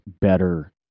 better